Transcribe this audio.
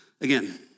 Again